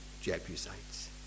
Jebusites